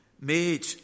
made